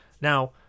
Now